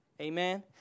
Amen